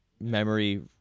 memory